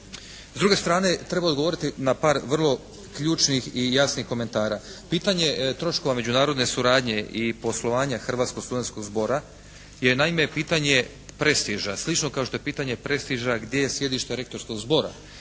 S druge strane treba odgovoriti na par vrlo ključnih i jasnih komentara. Pitanje troškova međunarodne suradnje i poslovanja Hrvatskog studenskog zbora je naime pitanje prestiža, slično kao što je pitanje prestiža gdje je sjedište Rektorskog zbora.